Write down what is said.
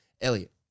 Elliot